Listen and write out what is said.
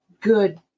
good